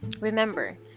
Remember